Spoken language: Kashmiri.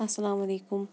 اَسَلامُ علیکُم